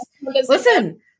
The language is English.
Listen